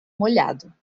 molhado